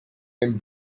and